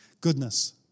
Goodness